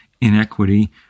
inequity